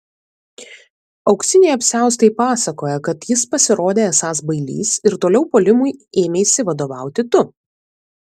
auksiniai apsiaustai pasakoja kad jis pasirodė esąs bailys ir toliau puolimui ėmeisi vadovauti tu